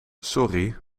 sorry